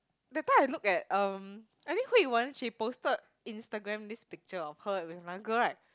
that time I look at um I think Hui Wen she posted Instagram this picture of her with another girl right